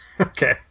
Okay